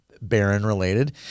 Baron-related